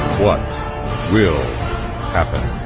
what will happen?